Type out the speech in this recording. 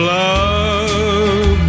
love